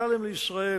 ל"כימיקלים לישראל",